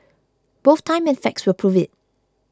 both time and facts will prove it